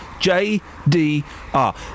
JDR